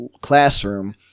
classroom